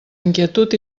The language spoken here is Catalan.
inquietud